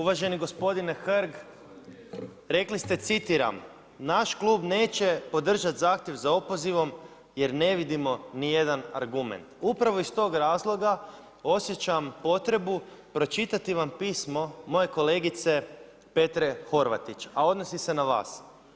Uvaženi gospodine Hrg, rekli ste citiram: „naš klub neće podržati zahtjev za opozivom jer ne vidimo nijedan argument.“ Upravo iz tog razloga osjećam potrebu pročitati vam pismo moje kolegice Petre Horvatić a odnosi se na vas.